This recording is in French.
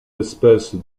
espèces